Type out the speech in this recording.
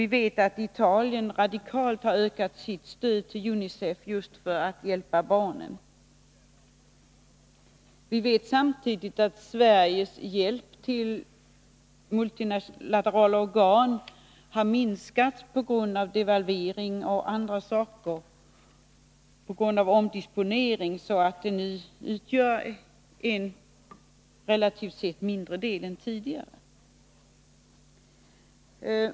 Vi vet att Italien radikalt har ökat sitt stöd till UNICEF just för att hjälpa barnen. Vi vet samtidigt att Sveriges hjälp till multilaterala organ har minskat på grund av devalveringen, omdisponeringar och andra saker så att den utgör en relativt sett mindre del än tidigare.